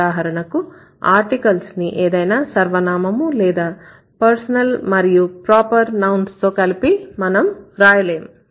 ఉదాహరణకు ఆర్టికల్స్ ని ఏదైనా సర్వనామము లేదా పర్సనల్ మరియు ప్రాపర్ నౌన్స్ తో కలిపి మనం వ్రాయలేము